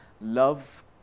love